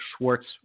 Schwartz